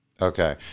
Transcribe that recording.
Okay